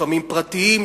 לפעמים פרטיים,